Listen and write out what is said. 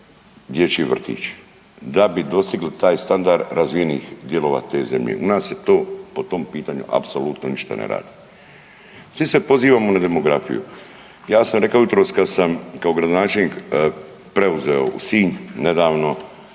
dječji vrtić da bi dostigle taj standard razvijenih dijelova te zemlje. U nas se to po tom pitanju apsolutno ništa ne radi. Svi se pozivamo na demografiju. Ja sam rekao jutros, kada sam kao gradonačelnik preuzeo Sinj nedavno